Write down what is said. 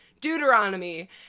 Deuteronomy